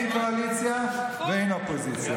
אין קואליציה ואין אופוזיציה.